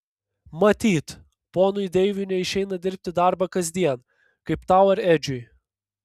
matyt ponui deiviui neišeina dirbti darbą kasdien kaip tau ar edžiui